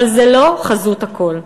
אבל זה לא חזות הכול.